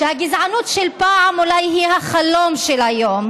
שהגזענות של פעם אולי היא החלום של היום,